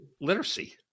literacy